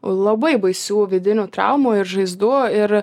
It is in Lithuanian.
labai baisių vidinių traumų ir žaizdų ir